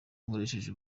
nkoresheje